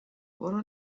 برو